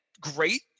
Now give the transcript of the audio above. great